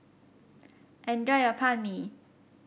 enjoy your Banh Mi